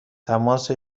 تماس